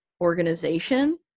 organization